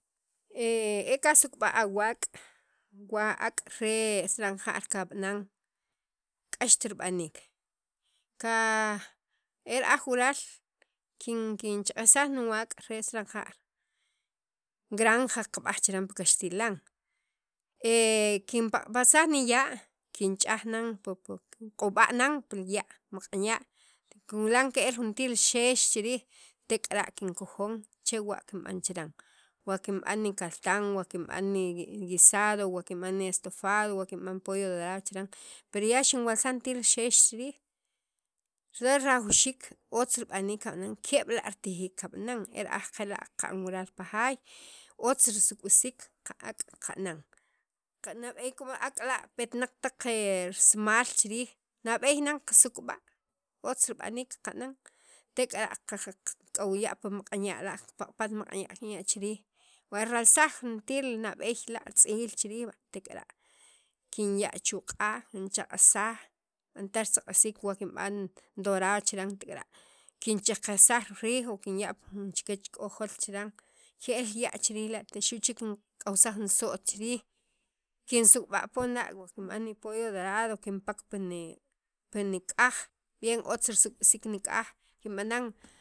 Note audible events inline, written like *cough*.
*hesitation* wa kasuk'b'a awaak' wa ak' re estranjar kab'anan k'axt rib'aniik ka *hesitation* e ra'aj wural kin kinchaq'ajsaj niwaak' re estranjar granja kab'aj chiran pi kaxtilan *hesitation* kinpaq'patsaj niya' kinch'aj nan kinq'ub'a nan pil ya' maq'anya' tek'ara' *noise* kinwilan ke'l renjeel xex chi riij tek'ara' kikkojon *noise* chewa' kinb'an chiran wa kinb'an nikaltan wa kinba'n ni guisado, estofado, polo dorado chiran pero ya xinwalsaj renejeel xex chiriij re rajwixiik otz rib'aniik qaqana'n ke' b'la' ritijiik kab'anan e ra'aj kela' kab'an wuraal pi jaay otz qasukb'isiik li ak' qab'anan nab'eey como li ak' la' petnaq taq risimaal chi riij nab'eey nan qasuk'b'a otz rib'aniik qabanan tek'ara' kak'aw ya' pi maq'an ya' la' kipaq'pat maq'anya' kinya' hiriij wa karalsaj nab'eey la tz'iil chi riij tek'ara' kinya' chu 'qa' kinchqq'ajsaj b'antaj risuk'b'isiik wa kinb'an dorado chiran tek'ara' kinchaqajsaj riij o kinya' pi jun chikyach k'o jol chiran te xu' chek kink'awsaj jun so't chi riij kinsuk'b'a poon la' wa kinb'an ni pollo dorado kinpak pi nik'aj bien otz risuk'b'isiik nik'aj kinb'anan.